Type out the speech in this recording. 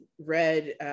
read